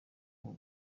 ubu